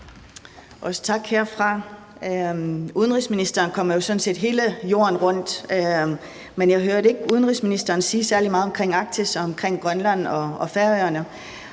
Også tak herfra. Udenrigsministeren kommer jo sådan set hele jorden rundt, men jeg hørte ikke udenrigsministeren sige særlig meget omkring Arktis eller omkring Grønland og Færøerne.